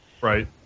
right